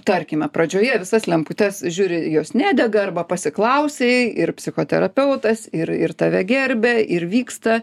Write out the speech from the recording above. tarkime pradžioje į visas lemputes žiūri jos nedega arba pasiklausei ir psichoterapeutas ir ir tave gerbia ir vyksta